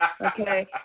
okay